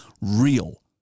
real